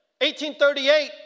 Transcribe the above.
1838